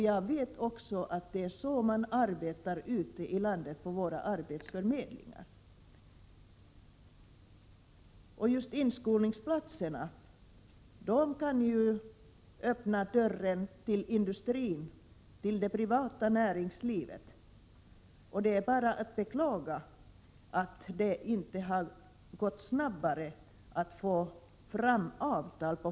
Jag vet också att det är så man arbetar på våra arbetsförmedlingar ute i landet. Just inskolningsplatserna kan ju öppna dörren till industrin, till det privata näringslivet. Det är bara att beklaga att det på flera områden inte har gått snabbare att få fram avtal.